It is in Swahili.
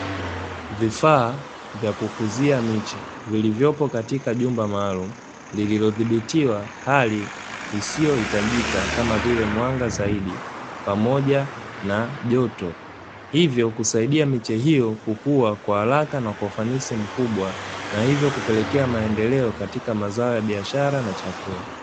Vifaa vya kukuzia miche, vilivyopo katika jumba maalumu, lililodhibitiwa hali isiyohitajika, kama vile mwanga zaidi, pamoja na joto; hivo husaidia miche hii kukua kwa haraka na kwa ufanisi mkubwa, na hivo kupelekea maendeleo katika mazao ya biashara na chakula.